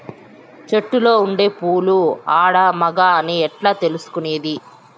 చెట్టులో ఉండే పూలు ఆడ, మగ అని ఎట్లా తెలుసుకునేది?